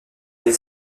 elle